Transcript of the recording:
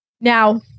Now